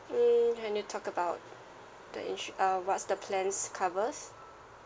hmm can you talk about the insu~ uh what's the plans covers